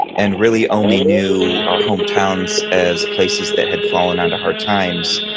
and really only knew our hometowns as places that had fallen onto hard times,